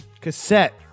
Cassette